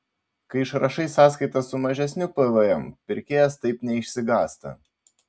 kai išrašai sąskaitą su mažesniu pvm pirkėjas taip neišsigąsta